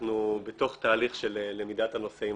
אנחנו בתוך תהליך של למידת הנושא עם